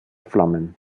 flammen